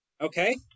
Okay